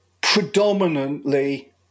predominantly